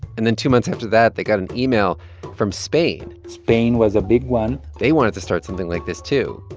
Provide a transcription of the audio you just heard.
and then two months after that, they got an email from spain spain was a big one they wanted to start something like this, too.